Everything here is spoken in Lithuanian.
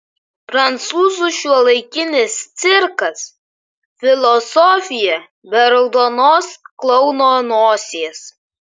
prancūzų šiuolaikinis cirkas filosofija be raudonos klouno nosies